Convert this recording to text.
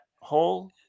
hole